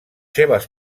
seves